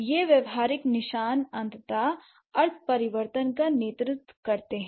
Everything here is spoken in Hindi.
यह व्यावहारिक निशान अंततः अर्थ परिवर्तन का नेतृत्व करते हैं